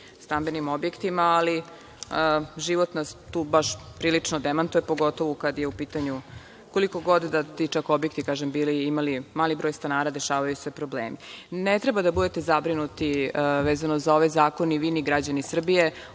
stambenim objektima, ali život nas tu baš prilično demantuje, pogotovu kada je u pitanju, koliko god da ti objekti bili, imali mali broj stanara, dešavaju se problemi. Ne treba da budete zabrinuti vezano za ovaj zakon, ni vi, ni građani Srbije.